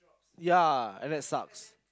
ya and that sucks